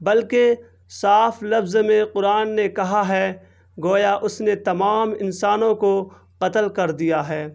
بلکہ صاف لفظ میں قرآن نے کہا ہے گویا اس نے تمام انسانوں کو قتل کر دیا ہے